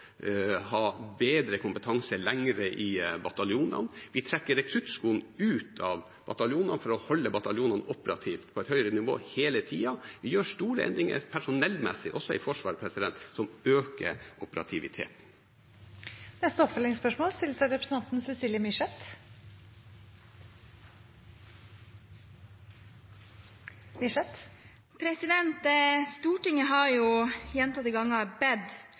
ha bedre kompetanse lenger i bataljonene. Vi trekker rekruttskolen ut av bataljonene for å holde bataljonene operative på et høyere nivå hele tiden. Vi gjør store endringer personellmessig i Forsvaret som øker operativiteten. Det åpnes for oppfølgingsspørsmål – først Cecilie Myrseth. Stortinget har gjentatte ganger bedt